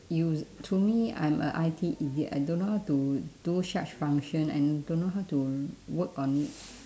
us~ to me I'm a I_T idiot I don't know how to do such function and don't know how to work on it